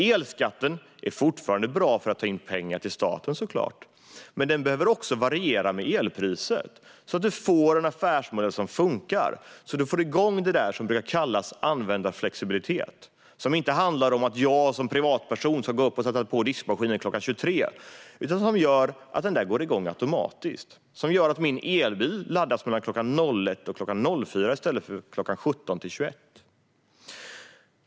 Elskatten är bra för att ta in pengar till staten, såklart, men den behöver variera med elpriset, så att man får en affärsmodell som funkar och så att man får igång det där som brukar kallas användarflexibilitet: Jag som privatperson ska inte behöva gå upp och sätta på diskmaskinen kl. 23, utan man ska se till att den går igång automatiskt, och min elbil ska laddas kl. 01-04 i stället för kl. 17-21.